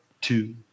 two